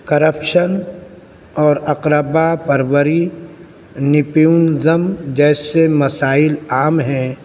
corruption اور اقربا پروری نپیونزم جیسے مسائل عام ہیں